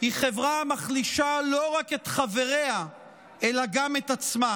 היא חברה המחלישה לא רק את חבריה אלא גם את עצמה.